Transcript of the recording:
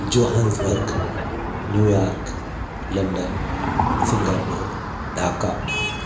Johannesburg New York London Singapore Dhaka